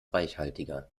reichhaltiger